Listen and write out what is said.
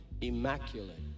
immaculate